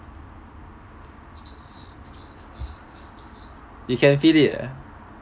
you can feed it ah